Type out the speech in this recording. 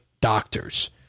doctors